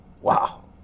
Wow